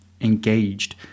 engaged